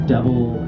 Double